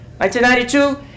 1992